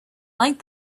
like